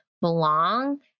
belong